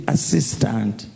Assistant